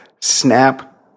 Snap